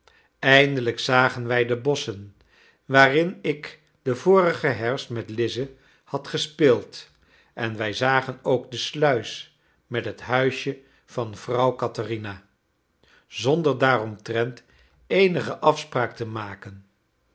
eindelijk zagen wij de bosschen waarin ik den vorigen herfst met lize had gespeeld en wij zagen ook de sluis met het huisje van vrouw katherina zonder daaromtrent eenige afspraak te maken